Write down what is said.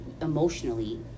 emotionally